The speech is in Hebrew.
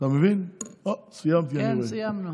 סיימתי, אני רואה.